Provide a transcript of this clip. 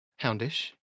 Houndish